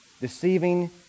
deceiving